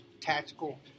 tactical